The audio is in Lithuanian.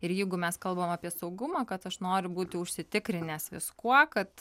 ir jeigu mes kalbam apie saugumą kad aš noriu būti užsitikrinęs viskuo kad